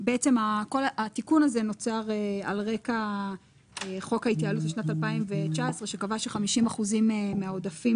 התיקון הזה נוצר על רקע חוק ההתייעלות לשנת 2019 שקבע ש-50% מהעודפים